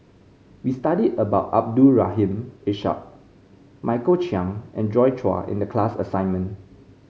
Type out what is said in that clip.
we studied about Abdul Rahim Ishak Michael Chiang and Joi Chua in the class assignment